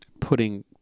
putting